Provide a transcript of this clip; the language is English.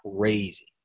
crazy